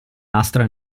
lastra